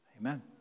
amen